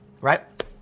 right